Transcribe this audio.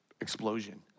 explosion